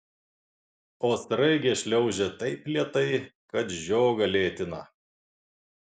o sraigė šliaužia taip lėtai kad žiogą lėtina